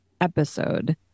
episode